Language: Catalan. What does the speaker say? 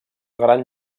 gran